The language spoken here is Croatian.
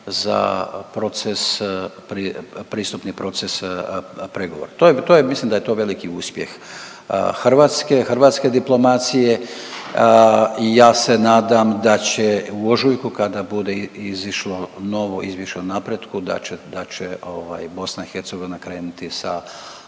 pristupni proces pregovora. To je, mislim da je to veliki uspjeh Hrvatske, hrvatske diplomacije. Ja se nadam da će u ožujku kada bude izišlo novo izvješće o napretku da će, da će ovaj BIH krenuti sa